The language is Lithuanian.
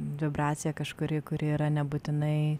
vibracija kažkuri kuri yra nebūtinai